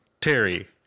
terry